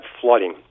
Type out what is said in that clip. flooding